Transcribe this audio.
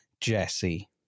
Jesse